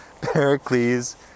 Pericles